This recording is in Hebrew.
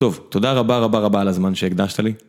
טוב, תודה רבה רבה רבה על הזמן שהקדשת לי.